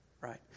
right